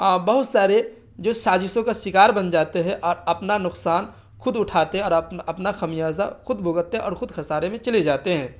بہت سارے جو سازشوں کا شکار بن جاتے ہے اور اپنا نقصان خود اٹھاتے ہیں اور اپنا خمیازہ خود بھگتتے ہیں اور خود خسارے میں چلے جاتے ہیں